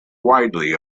widely